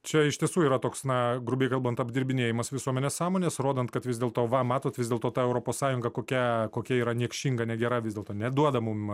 čia iš tiesų yra toks na grubiai kalbant apdirbinėjamas visuomenės sąmonės rodant kad vis dėlto va matot vis dėlto ta europos sąjunga kokia kokia yra niekšinga negera vis dėlto neduoda mum